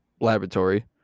Laboratory